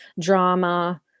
drama